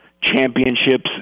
championships